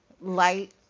light